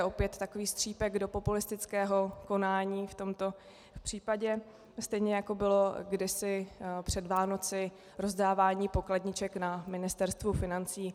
To je opět takový střípek do populistického konání v tomto případě, stejně jako bylo před Vánoci rozdávání pokladniček na Ministerstvu financí.